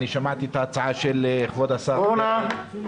שמעתי את ההצעה של כבוד השר --- הצעתי